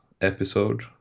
episode